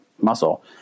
muscle